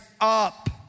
up